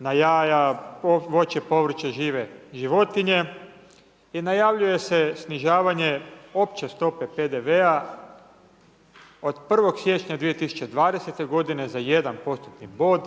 na jaja, voće, povrće, žive životinje i najavljuje se snižavanja opće stope PDV-a od 1. siječnja 2020. godine za 1% bod,